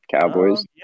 Cowboys